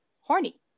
horny